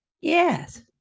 yes